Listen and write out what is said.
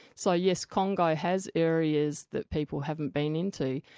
so yes, congo has areas that people haven't been into.